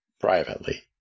privately